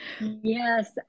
Yes